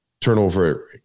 turnover